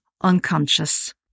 unconscious